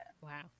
Wow